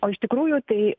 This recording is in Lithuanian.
o iš tikrųjų tai